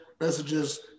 messages